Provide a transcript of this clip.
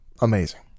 amazing